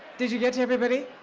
did you get to everybody?